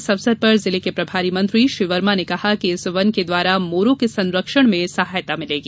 इस अवसर पर जिले के प्रभारी मंत्री श्री वर्मा ने कहा कि इस वन के द्वारा मोरों के संरक्षण में सहायता मिलेगी